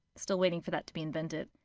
still waiting for that to be invented.